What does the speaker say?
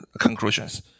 conclusions